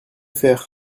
faire